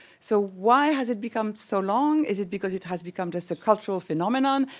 so why has it become so long? is it because it has become just a cultural phenomenon?